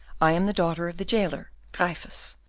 i am the daughter of the jailer, gryphus,